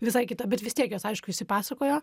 visai kita bet vis tiek jos aišku išsipasakojo